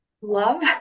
love